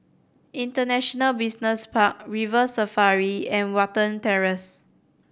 International Business Park River Safari and Watten Terrace